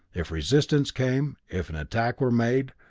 if resistance came, if an attack were made,